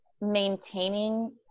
maintaining